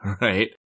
right